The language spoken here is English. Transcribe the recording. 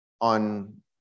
on